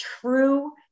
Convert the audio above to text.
true